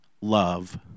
love